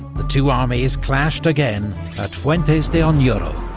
the two armies clashed again at fuentes de um yeah onoro.